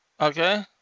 Okay